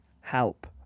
help